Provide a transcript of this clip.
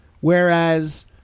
whereas